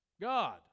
God